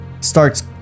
Starts